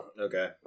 Okay